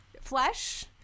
flesh